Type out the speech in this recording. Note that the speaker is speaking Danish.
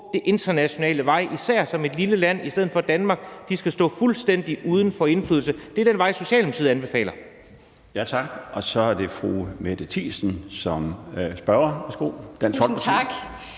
den internationale vej, især som et lille land, i stedet for at Danmark skal stå fuldstændig uden for indflydelse. Det er den vej, Socialdemokratiet anbefaler. Kl. 16:10 Den fg. formand (Bjarne Laustsen): Tak.